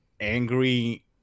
angry